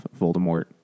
Voldemort